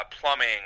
plumbing